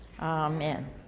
Amen